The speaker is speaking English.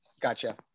Gotcha